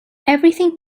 everything